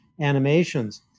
animations